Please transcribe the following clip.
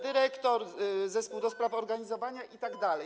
Dyrektor, zespół do spraw organizowania itd.